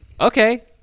Okay